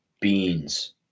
beans